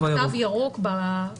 הוא יכול להנפיק תו ירוק באפליקציה.